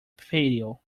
patio